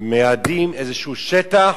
מייעדים איזשהו שטח,